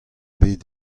bet